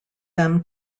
them